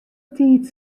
tiid